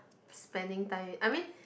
spending time I mean